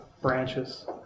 branches